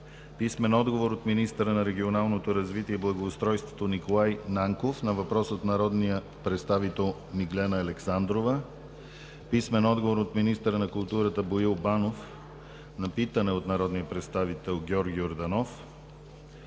Гьоков; - министъра на регионалното развитие и благоустройството Николай Нанков на въпрос от народния представител Миглена Александрова; - министъра на културата Боил Банов на питане от народния представител Георги Йорданов;